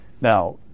Now